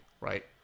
right